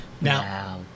Now